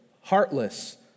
heartless